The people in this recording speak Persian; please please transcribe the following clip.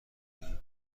برای